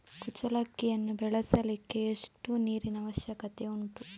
ಕುಚ್ಚಲಕ್ಕಿಯನ್ನು ಬೆಳೆಸಲಿಕ್ಕೆ ಎಷ್ಟು ನೀರಿನ ಅವಶ್ಯಕತೆ ಉಂಟು?